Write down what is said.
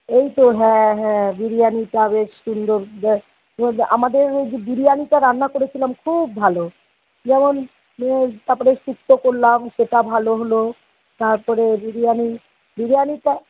এই তো হ্যাঁ হ্যাঁ বিরিয়ানিটা বেশ সুন্দর যে আমাদের ওই যে বিরিয়ানিটা রান্না করেছিলাম খুব ভালো যেমন তাপরে শুক্তো করলাম সেটা ভালো হলো তারপরে বিরিয়ানি বিরিয়ানিটা